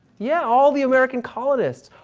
yeah, all the american colonists.